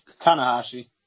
Tanahashi